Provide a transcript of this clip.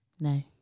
No